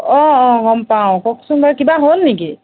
অ অ গম পাওঁ কওকচোন বাৰু কিবা হ'ল নেকি